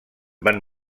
van